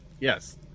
Yes